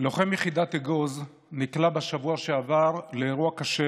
לוחם יחידת אגוז נקלע בשבוע שעבר לאירוע קשה